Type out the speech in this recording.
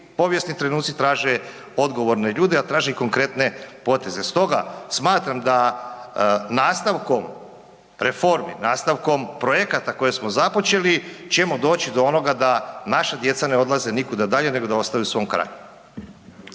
povijesni trenuci traže odgovorne ljude, ja tražim konkretne poteze. Stoga smatram da nastavkom reformi, nastavkom projekata koje smo započeli ćemo doći do onoga da naša djeca ne odlaze nikuda dalje nego da ostaju u svom kraju.